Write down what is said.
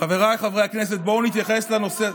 חבריי חברי הכנסת, בואו נתייחס לנושא,